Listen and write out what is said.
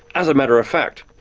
as a matter of fact,